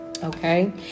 okay